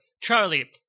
Charlie